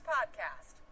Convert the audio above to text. Podcast